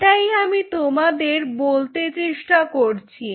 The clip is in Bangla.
এটাই আমি তোমাদের বলতে চেষ্টা করছি